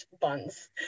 buns